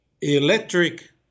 electric